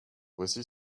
voici